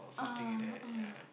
ah ah